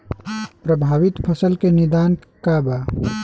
प्रभावित फसल के निदान का बा?